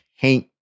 paint